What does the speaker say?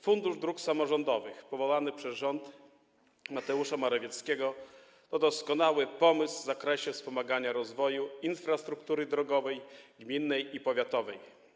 Fundusz Dróg Samorządowych powołany przez rząd Mateusza Morawieckiego to doskonały pomysł w zakresie wspomagania rozwoju infrastruktury drogowej, gminnej i powiatowej.